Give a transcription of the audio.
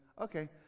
okay